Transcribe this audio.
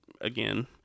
again